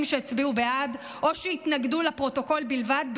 שהצביעו בעד או שהתנגדו לפרוטוקול בלבד,